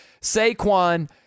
Saquon